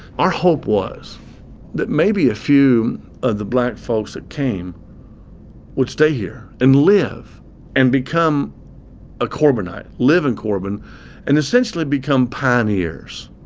our hope was that maybe a few of the black fo lks that came wou ld stay here and live and become a corbinite, live in corbin and essentially become pioneers.